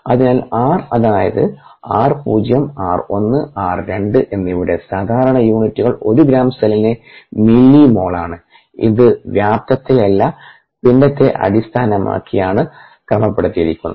ആയതിനാൽ r അതായത് r0 r1 r2 എന്നിവയുടെ സാധാരണ യൂണിറ്റുകൾ ഒരു ഗ്രാം സെല്ലിന് മില്ലി മോളാണ് ഇത് വ്യാപ്തത്തെയല്ല പിണ്ഡത്തെ അടിസ്ഥാനമാക്കിയാണ് ക്രമപ്പെടുത്തിയിരിക്കുന്നത്